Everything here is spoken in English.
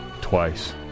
Twice